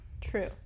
True